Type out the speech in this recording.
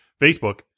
Facebook